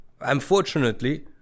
unfortunately